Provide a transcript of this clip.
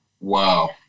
wow